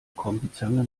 kombizange